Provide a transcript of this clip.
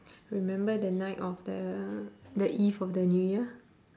remember the night of the the eve of the new year